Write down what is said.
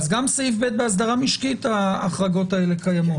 אז גם בסעיף קטן (ב) לגבי אסדרה משקית ההחרגות האלה קיימות.